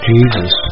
Jesus